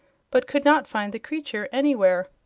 but could not find the creature anywhere.